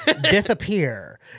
disappear